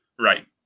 Right